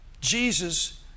Jesus